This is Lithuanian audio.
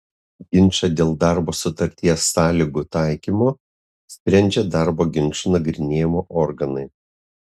ginčą dėl darbo sutarties sąlygų taikymo sprendžia darbo ginčų nagrinėjimo organai